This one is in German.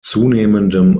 zunehmendem